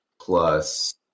Plus